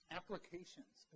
applications